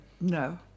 No